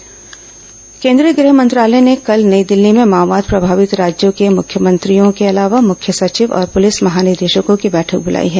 माओवाद बैठक केंद्रीय गृह मंत्रालय ने कल नई दिल्ली में माओवाद प्रभावित राज्यों के मुख्यमंत्रियों के अलावा मुख्य सचिव और पुलिस महानिदेशकों की बैठक बुलाई है